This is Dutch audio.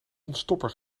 ontstopper